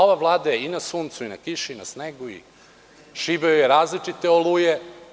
Ova Vlada je i na suncu i na kiši i na snegu i šibaju je različite oluje.